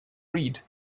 reid